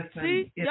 See